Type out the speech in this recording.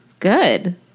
good